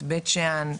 את בית שאן.